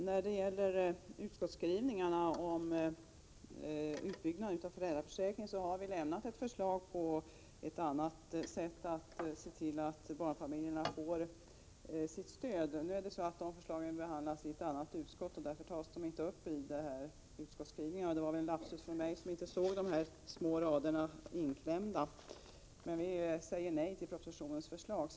Herr talman! När det gäller utbyggnad av föräldraförsäkringen har vi lämnat ett förslag till ett annat sätt att se till att barnfamiljerna får sitt stöd än det utskottet föreslår, men dessa förslag behandlas av ett annat utskott och tas därför inte upp i socialförsäkringsutskottets skrivning. Det var väl en lapsus från mig att inte se de inklämda små raderna. Vi säger dock nej till propositionens förslag.